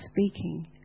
speaking